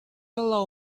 allow